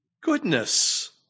goodness